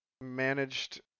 managed